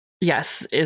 Yes